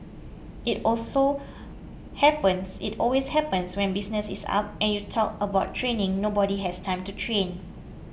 it also happens it always happens when business is up and you talk about training nobody has time to train